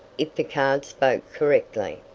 if the cards spoke correctly.